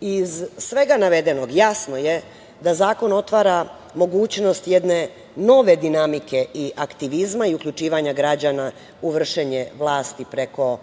Iz svega navedenog, jasno je da zakon otvara mogućnost jedne nove dinamike i aktivizma i uključivanja građana u vršenje vlasti preko